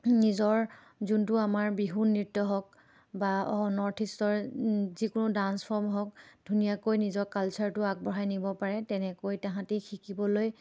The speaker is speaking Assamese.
নিজৰ যোনটো আমাৰ বিহু নৃত্য হওক বা অ' নৰ্থ ইষ্টৰ যিকোনো ডাঞ্চ ফৰ্ম হওক ধুনীয়াকৈ নিজক কালচাৰটো আগবঢ়াই নিব পাৰে তেনেকৈ তাহাঁতি শিকিবলৈ